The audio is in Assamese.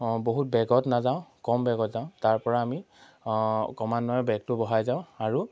বহুত বেগত নাযাওঁ কম বেগত যাওঁ তাৰ পৰা আমি অকমানকৈ বেগটো বঢ়াই যাওঁ আৰু